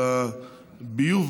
של הביוב,